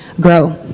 grow